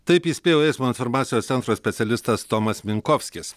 taip įspėjo eismo informacijos centro specialistas tomas minkovskis